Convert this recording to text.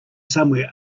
somewhere